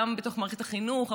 גם בתוך מערכת החינוך,